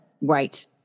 Right